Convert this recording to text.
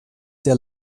der